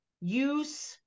use